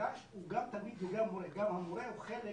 החדש הוא גם תלמיד וגם מורה, גם המורה הוא חלק